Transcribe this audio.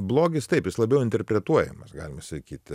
blogis taip jis labiau interpretuojamas galima sakyti